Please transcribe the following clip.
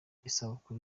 isabukuru